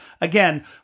again